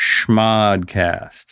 schmodcast